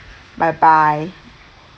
bye bye